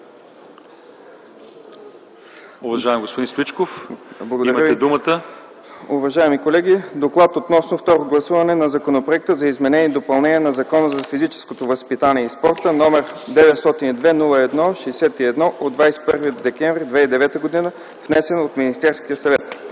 Благодаря Ви. Уважаеми колеги! Доклад относно второ гласуване на Законопроекта за изменение и допълнение на Закона за физическото възпитание и спорта, № 902-01-61 от 21 декември 2009 г., внесен от Министерския съвет: